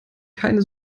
keine